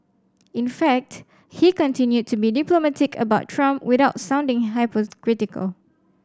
in fact he continued to be diplomatic about Trump without sounding hypocritical